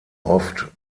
oft